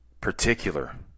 particular